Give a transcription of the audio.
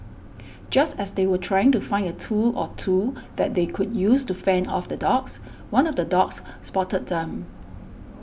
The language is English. just as they were trying to find a tool or two that they could use to fend off the dogs one of the dogs spotted them